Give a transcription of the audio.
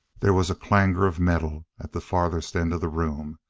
there was a clangor of metal at the farthest end of the room.